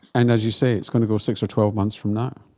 and as you say, it's going to go six or twelve months from now.